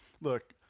Look